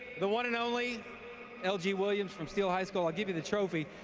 the one and only l g. williams from steele high school, i'll give you the trophy,